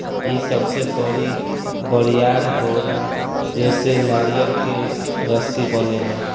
इ सबसे बड़ी बरियार होला जेसे नारियर के रसरी बनेला